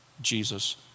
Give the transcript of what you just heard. Jesus